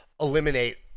eliminate